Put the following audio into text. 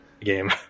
game